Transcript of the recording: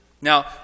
Now